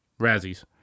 Razzies